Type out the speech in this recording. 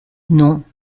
non